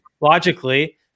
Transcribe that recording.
logically